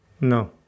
No